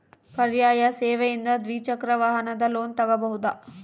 ಪರ್ಯಾಯ ಸೇವೆಯಿಂದ ದ್ವಿಚಕ್ರ ವಾಹನದ ಲೋನ್ ತಗೋಬಹುದಾ?